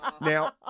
Now